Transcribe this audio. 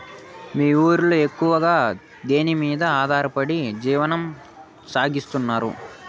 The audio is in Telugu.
మీ ఊరిలో ఎక్కువగా దేనిమీద ఆధారపడి జీవనం సాగిస్తున్నారు?